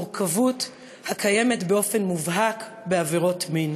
מורכבות הקיימת באופן מובהק בעבירות מין.